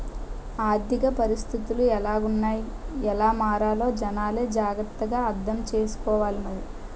ఆర్థిక పరిస్థితులు ఎలాగున్నాయ్ ఎలా మారాలో జనాలే జాగ్రత్త గా అర్థం సేసుకోవాలి మరి